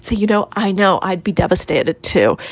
so you know, i know i'd be devastated, too.